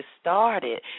started